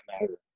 matter